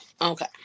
Okay